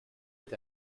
est